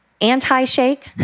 anti-shake